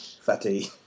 Fatty